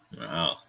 Wow